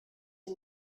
has